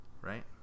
right